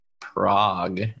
Prague